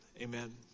amen